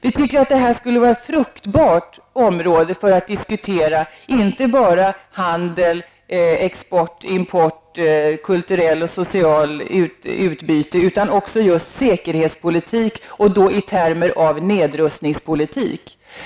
Vi tycker att det här skulle kunna vara ett fruktbart område för att diskutera, inte bara handel, export, import, kulturellt och socialt utbyte, utan också just säkerhetspolitik, och då i termer av nedrustningspolitik.